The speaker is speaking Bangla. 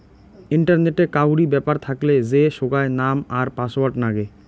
ইন্টারনেটে কাউরি ব্যাপার থাকলে যে সোগায় নাম আর পাসওয়ার্ড নাগে